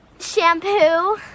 shampoo